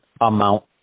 amount